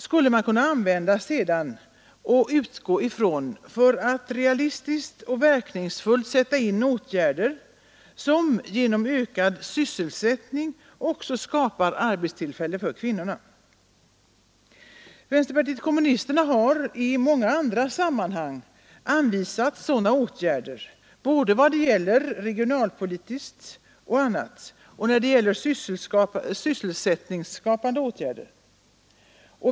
Med utgång från den kunskap som därvid uppnås skulle sedan verkningsfulla åtgärder kunna sättas in för att genom ökad sysselsättning också skapa arbetstillfällen för kvinnor. Vänsterpartiet kommunisterna har i många andra sammanhang anvisat sådana åtgärder, både regionalpolitiskt och när det har gällt sysselsättningsskapande åtgärder.